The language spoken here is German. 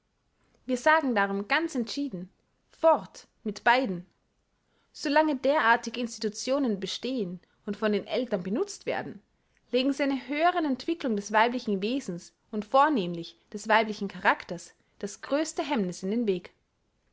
wir sagen darum ganz entschieden fort mit beiden so lange derartige institutionen bestehen und von den eltern benutzt werden legen sie einer höheren entwicklung des weiblichen wesens und vornehmlich des weiblichen characters das größte hemmniß in den weg